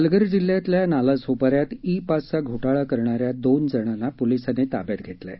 पालघर जिल्ह्यातल्या नालासोपाऱ्यात ई पासचा घोटाळा करणाऱ्या दोन जणांना पोलिसांनी ताब्यात घेतलं आहे